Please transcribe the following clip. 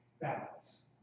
balance